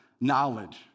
knowledge